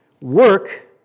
Work